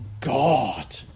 God